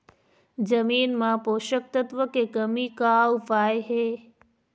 जमीन म पोषकतत्व के कमी का उपाय हे?